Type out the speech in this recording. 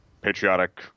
patriotic